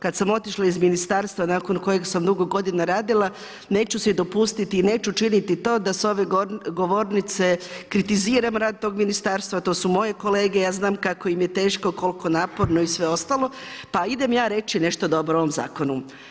Kad sam otišla iz ministarstva nakon kojeg sam dugo godina radila, neću si dopustiti i neću činiti to da sa ove govornice kritiziram tog ministarstva, to su moji kolege, ja znam kako im je teško, koliko naporno i sve ostalo, pa idem ja reći nešto dobro o ovom zakonu.